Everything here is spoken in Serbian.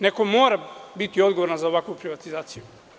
Neko mora biti odgovor za ovakvu privatizaciju.